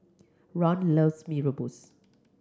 Ron loves Mee Rebus